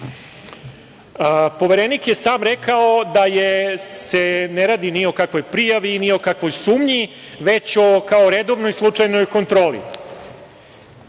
učinili. Poverenik je sam rekao da se ne radi ni o kakvoj prijavi, ni o kakvoj sumnji, već o kao redovnoj slučajnoj kontroli.